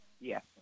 yes